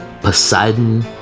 Poseidon